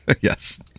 Yes